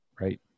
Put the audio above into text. Right